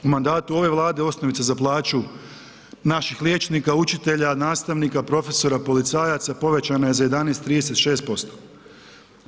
U mandatu ove Vlade osnovica za plaću naših liječnika, učitelja, nastavnika, profesora, policajaca povećana je za 11,36%